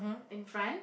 in front